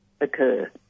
occur